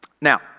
now